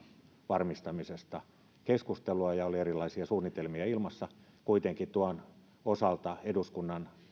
varmistamisesta keskustelua ja oli erilaisia suunnitelmia ilmassa kuitenkin tuon osalta eduskunnan